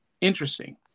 Interesting